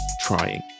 trying